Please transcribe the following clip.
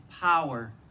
power